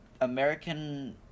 American